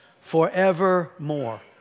forevermore